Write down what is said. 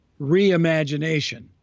reimagination